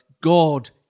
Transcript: God